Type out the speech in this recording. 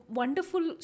wonderful